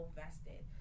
vested